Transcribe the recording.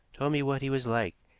told me what he was like,